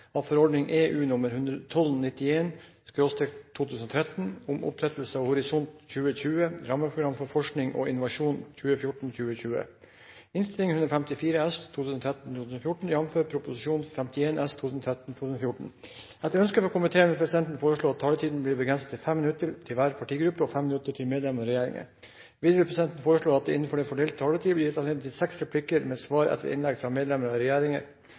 av livet. Debatten i sak nr. 2 er avsluttet. Etter ønske fra kirke-, utdannings- og forskningskomiteen vil presidenten foreslå at taletiden blir begrenset til 5 minutter til hver partigruppe og 5 minutter til medlem av regjeringen. Videre vil presidenten foreslå at det blir gitt anledning til replikkordskifte på inntil seks replikker med svar etter innlegg fra medlem av